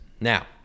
Now